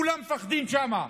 כולם מפחדים שם.